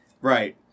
Right